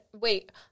wait